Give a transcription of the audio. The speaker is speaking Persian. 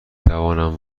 توانم